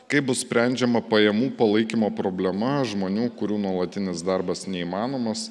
kaip bus sprendžiama pajamų palaikymo problema žmonių kurių nuolatinis darbas neįmanomas